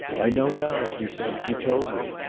i know now, he said. you told me.